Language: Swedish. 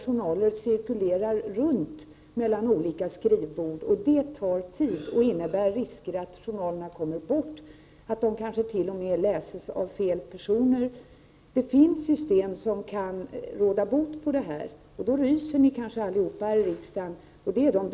Journalerna cirkulerar runt mellan olika skrivbord, och det innebär risker för att de kommer bort och kanske t.o.m. läses av fel personer. Det finns system som kan råda bot på det här, och det är de databaserade journalerna — ni ryser kanske här i riksdagen när ni hör det.